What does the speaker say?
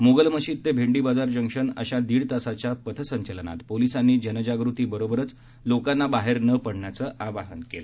मोगल मशीद ते भेंडी बाजार जंक्शन अशा दीड़ तासांच्या पथसंचलनात पोलिसांनी जनजागृती बरोबरच लोकांना बाहेर न पडण्याचं आवाहन केलं